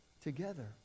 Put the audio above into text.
together